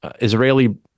Israeli